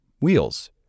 Wheels